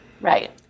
Right